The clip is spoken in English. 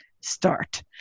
start